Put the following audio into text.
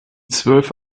zwölf